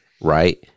right